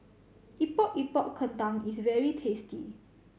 Epok Epok Kentang is very tasty